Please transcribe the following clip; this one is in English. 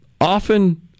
often